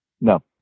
No